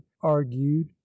argued